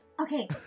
Okay